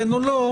כן או לא,